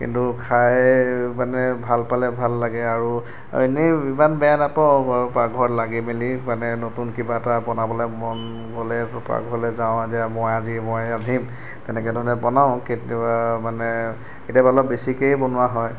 কিন্তু খাই মানে ভাল পালে ভাল লাগে আৰু আৰু এনেই ইমান বেয়া নাপাও বাৰু পাকঘৰত লাগি মেলি মানে নতুন কিবা এটা বনাবলৈ মন গ'লে পাকঘৰলৈ যাওঁ আজি মই আজি মই ৰান্ধিম তেনেকেধৰণে বনাওঁ কিন্তু আৰু মানে কেতিয়াবা অলপ বেছিকেই বনোৱা হয়